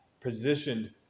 positioned